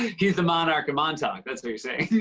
he's the monarch of montauk. that's what you're saying.